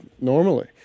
normally